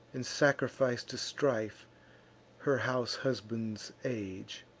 and sacrifice to strife her house husband's age.